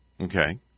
Okay